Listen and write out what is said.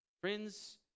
Friends